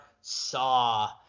Saw